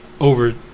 over